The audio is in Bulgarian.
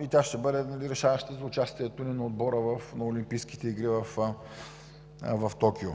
и тя ще бъде решаваща за участието на отбора на Олимпийските игри в Токио.